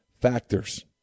factors